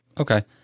Okay